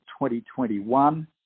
2021